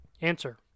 Answer